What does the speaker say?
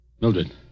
Mildred